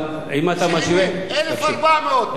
אם אתה משווה, 1,400 בתוך שלושה שבועות.